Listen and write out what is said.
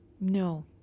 No